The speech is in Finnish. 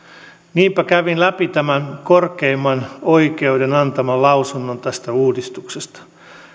niinpä kävin läpi tämän korkeimman oikeuden antaman lausunnon tästä uudistuksesta